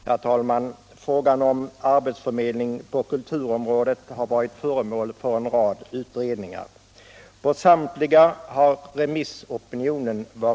Herr talman! Frågan om arbetsförmedlingen på kulturområdet har varit föremål för en rad utredningar.